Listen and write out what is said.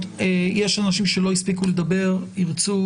בשעה 15:15. יש אנשים שלא הספיקו לדבר ואם ירצו,